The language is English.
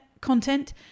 content